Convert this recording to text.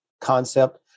concept